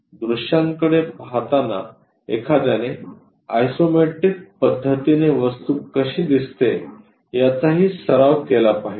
तर दृश्यांकडे पाहताना एखाद्याने आयसोमेट्रिक पद्धतीने वस्तू कशी दिसते याचाही सराव केला पाहिजे